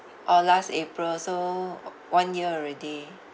orh last april so one year already